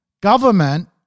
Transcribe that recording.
government